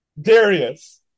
Darius